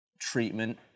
treatment